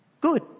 Good